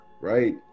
right